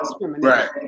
Right